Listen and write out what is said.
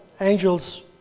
angels